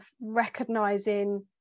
recognizing